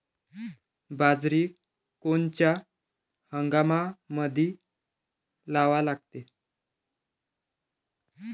बाजरी कोनच्या हंगामामंदी लावा लागते?